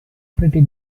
pretty